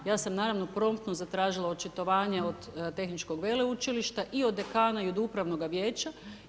Ja sam naravno promptno zatražila očitovanje od Tehničkog veleučilišta i od dekana i od upravnoga vijeća.